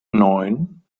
neun